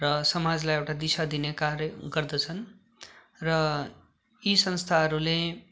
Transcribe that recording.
र समाजलाई एउटा दिशा दिने कार्य गर्दछन् र यी संस्थाहरूले